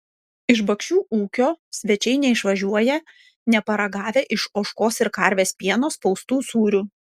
iš bakšių ūkio svečiai neišvažiuoja neparagavę iš ožkos ir karvės pieno spaustų sūrių